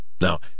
now